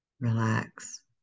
Relax